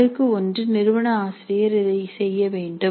அடுக்கு 1 நிறுவன ஆசிரியர் இதை செய்ய வேண்டும்